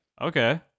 okay